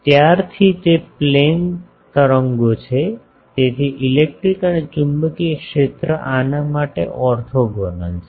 ત્યારથી તે પ્લેન તરંગો છે તેથી ઇલેક્ટ્રિક અને ચુંબકીય ક્ષેત્ર આના માટે ઓર્થોગ્નલ છે